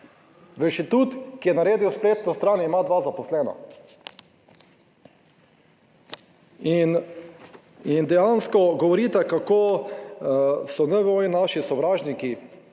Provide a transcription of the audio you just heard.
inštitut, ki je naredil spletno stran, ima dva zaposlena. In dejansko govorite kako so NVO naši sovražniki,